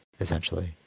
essentially